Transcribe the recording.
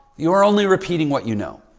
you're only repeating what you know,